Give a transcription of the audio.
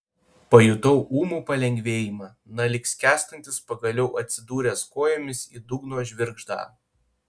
pajutau ūmų palengvėjimą na lyg skęstantis pagaliau atsidūręs kojomis į dugno žvirgždą